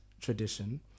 tradition